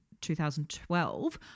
2012